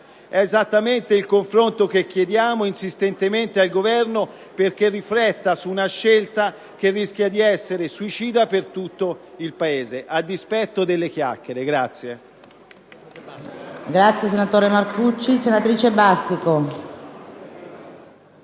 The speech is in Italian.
È esattamente il confronto che chiediamo insistentemente al Governo, perché rifletta su una scelta che rischia di essere suicida per tutto il Paese, a dispetto delle chiacchiere.